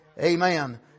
Amen